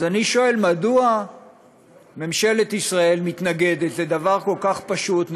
אז אני שואל: מדוע ממשלת ישראל מתנגדת לדבר כל כך פשוט,